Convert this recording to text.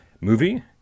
movie